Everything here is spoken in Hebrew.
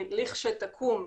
לכשתקום,